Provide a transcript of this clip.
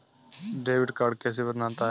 Debit card कैसे बनता है?